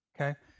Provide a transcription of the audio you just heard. okay